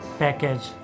package